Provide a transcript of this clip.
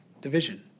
division